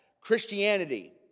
Christianity